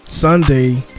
Sunday